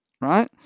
Right